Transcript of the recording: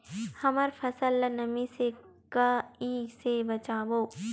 हमर फसल ल नमी से क ई से बचाबो?